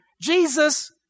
Jesus